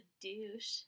douche